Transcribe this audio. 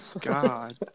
God